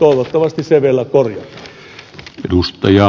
toivottavasti se vielä korjataan